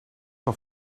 van